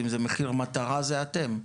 אם זה מחיר מטרה זה אתם.